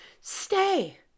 stay